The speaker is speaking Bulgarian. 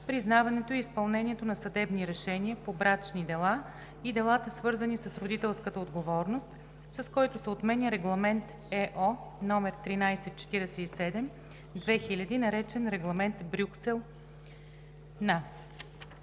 признаването и изпълнението на съдебни решения по брачни дела и делата, свързани с родителската отговорност, с който се отменя Регламент (ЕО) № 1347/2000, наречен „Регламент Брюксел